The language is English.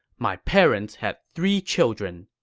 my parents had three children.